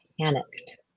panicked